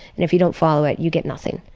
and if you don't follow it, you get nothing.